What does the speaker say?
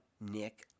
Nick